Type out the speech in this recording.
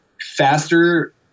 faster